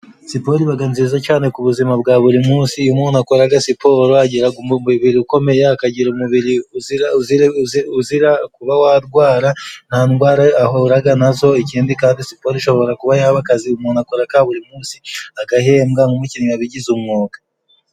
Siporo ibaga nziza cane ku buzima bwa buri munsi, iyo umuntu akoraga siporo agira umubiri ukomeye, akagira umubiri uzirare uzira kuba warwara nta ndwara ahuraga nazo ,ikindi kandi siporo ishobora kuba yaba akazi umuntu akora ka buri munsi agahembwa nk'umukinnyi wabigize umwuga.